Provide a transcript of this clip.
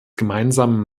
gemeinsamen